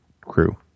crew